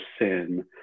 sin